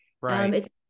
Right